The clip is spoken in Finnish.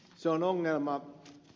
se on ongelma